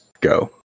go